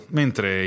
mentre